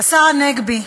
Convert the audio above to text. השר הנגבי,